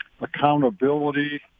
accountability